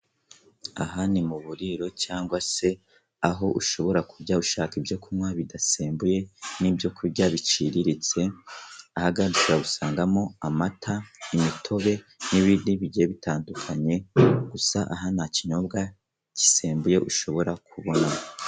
Aha ni mu buriro cyangwa se aho ushobora kujya ushaka ibyo kunywa bidasembye n'ibyo kurya biciriritse, aha ushobora gusangamo amata, imitobe n'ibindi bigiye bitandukanye gusa aha nta kinyobwa gisembuye ushobora kubona.